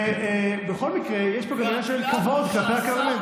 בכל מקרה, יש פה גם עניין של כבוד כלפי הפרלמנט.